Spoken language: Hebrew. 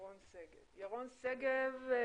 ירון שגב.